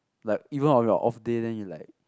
like even on your off day then you're like